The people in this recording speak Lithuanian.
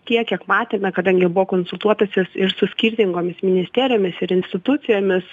tiek kiek matėme kadangi buvo konsultuotasis ir su skirtingomis ministerijomis ir institucijomis